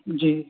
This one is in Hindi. जी